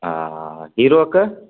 हँ हीरोके